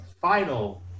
final